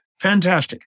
Fantastic